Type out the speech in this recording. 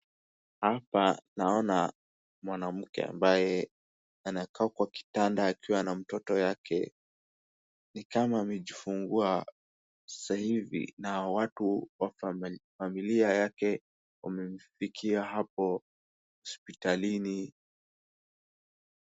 Hapa naona mwanamke ambaye anakaa kwa kitanda akiwa na mtoto yake ni kama amejifungua saa hivi na watu wa familia yake wamemfikia hapo hospitalini.